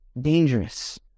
dangerous